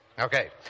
Okay